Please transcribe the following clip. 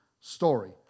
story